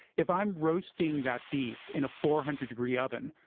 if i'm roasting that beef in a four hundred degree oven,